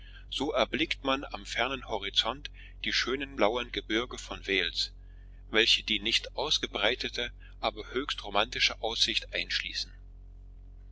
so erblickt man am fernen horizont die schönen blauen gebirge von wales welche die nicht ausgebreitete aber höchst romantische aussicht schließen